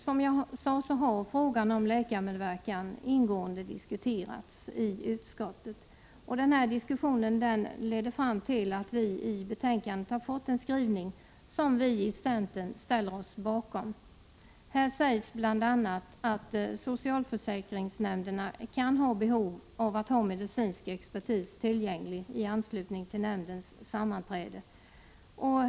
Som jag sade, har frågan om läkarmedverkan ingående diskuterats i utskottet. Denna diskussion har lett fram till att vi i betänkandet har fått en skrivning som vi i centern ställer oss bakom. Här sägs bl.a. att ”socialförsäkringsnämnderna kan känna ett behov av att ha medicinsk expertis tillgänglig i anslutning till nämndens sammanträden”.